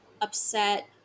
upset